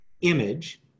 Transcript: image